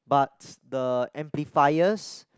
but the amplifiers